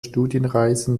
studienreisen